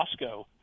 Costco